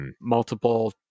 multiple